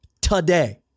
today